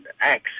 acts